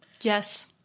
Yes